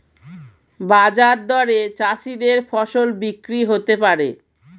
বাজার দরে চাষীদের ফসল বিক্রি হতে পারে